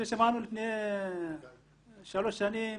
כששמענו לפני שלוש שנים,